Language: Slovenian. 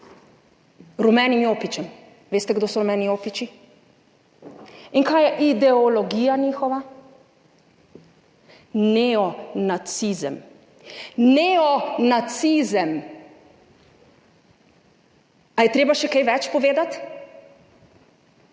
rumenim jopičem. Veste kdo so Rumeni jopiči? In kaj je ideologija njihova? Neonacizem. Neonacizem. Ali je treba še kaj več povedati?